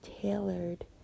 tailored